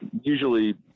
usually